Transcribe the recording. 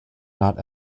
not